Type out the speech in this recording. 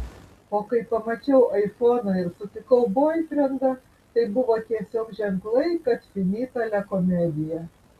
o kai pamačiau aifoną ir sutikau boifrendą tai buvo tiesiog ženklai kad finita la komedija